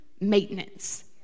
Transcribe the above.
maintenance